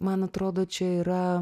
man atrodo čia yra